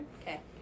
Okay